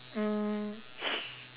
um